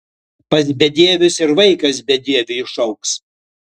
pas bedievius ir vaikas bedieviu išaugs